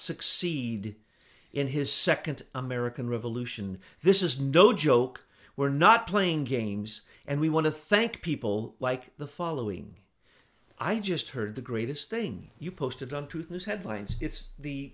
succeed in his second american revolution this is no joke we're not playing games and we want to thank people like the following i just heard the greatest thing you posted on to this headline is the